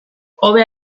hobe